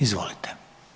Izvolite.